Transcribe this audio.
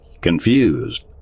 confused